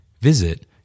Visit